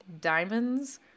Diamonds